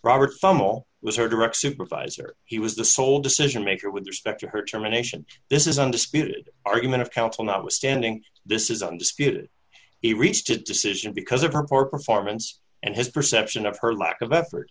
robert fumble with her direct supervisor he was the sole decision maker with respect to her terminations this is under speeded argument of counsel notwithstanding this is undisputed he reached a decision because of her poor performance and his perception of her lack of effort